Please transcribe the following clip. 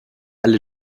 alle